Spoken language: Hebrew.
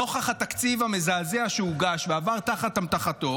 נוכח התקציב המזעזע שהוגש ועבר תחת ידו,